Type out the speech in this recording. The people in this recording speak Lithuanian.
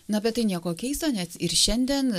na bet tai nieko keisto net ir šiandien